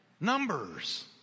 numbers